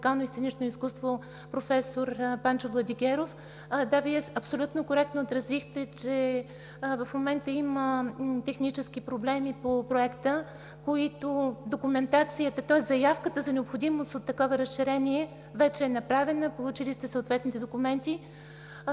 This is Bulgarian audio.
по музикално и сценично изкуство „Проф. Панчо Владигеров“. Да, Вие абсолютно коректно отразихте, че в момента има технически проблеми по Проекта, тоест заявката за необходимост от такова разширение вече е направена, получили сте съответните документи.